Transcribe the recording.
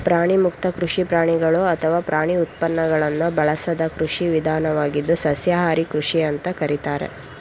ಪ್ರಾಣಿಮುಕ್ತ ಕೃಷಿ ಪ್ರಾಣಿಗಳು ಅಥವಾ ಪ್ರಾಣಿ ಉತ್ಪನ್ನಗಳನ್ನು ಬಳಸದ ಕೃಷಿ ವಿಧಾನವಾಗಿದ್ದು ಸಸ್ಯಾಹಾರಿ ಕೃಷಿ ಅಂತ ಕರೀತಾರೆ